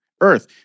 Earth